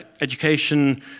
education